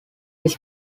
his